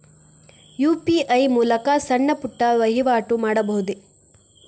UPI ಮೂಲಕ ಸಣ್ಣ ಪುಟ್ಟ ವಹಿವಾಟು ಮಾಡಬಹುದೇ?